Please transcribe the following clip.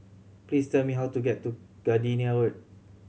please tell me how to get to Gardenia Road